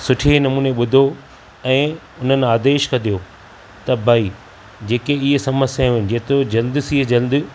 सुठे नमूने ॿुधो ऐं उननि आदेश कढ़ियो त भाई जेकी इहे समस्याऊं आहिनि जेतिरो जल्द सां जल्द